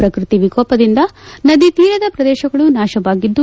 ಪ್ರಕೃತಿ ವಿಕೋಪದಿಂದ ನದಿ ತೀರದ ಪ್ರದೇಶಗಳು ನಾಶವಾಗಿದ್ದು